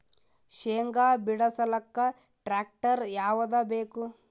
ಶೇಂಗಾ ಬಿಡಸಲಕ್ಕ ಟ್ಟ್ರ್ಯಾಕ್ಟರ್ ಯಾವದ ಬೇಕು?